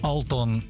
Alton